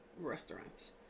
Restaurants